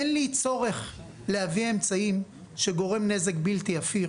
אין לי צורך להביא אמצעי שגורם נזק בלתי הפיך